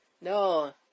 no